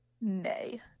nay